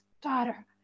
daughter